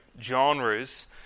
genres